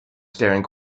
staring